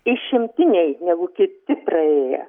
išimtiniai negu kiti praėję